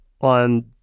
on